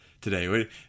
today